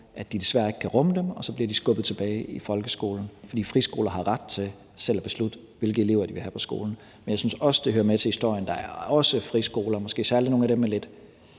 at de desværre ikke kan rumme dem, og så bliver de skubbet tilbage i folkeskolen, for friskoler har ret til selv at beslutte, hvilke elever de vil have på skolen. Men jeg synes også, at det hører med til historien, at der også er friskoler, måske særlig nogle af dem med lidt